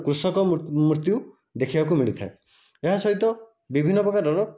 କୃଷକ ମୃତ୍ୟୁ ଦେଖିବାକୁ ମିଳିଥାଏ ଏହା ସହିତ ବିଭିନ୍ନ ପ୍ରକାରର